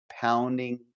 pounding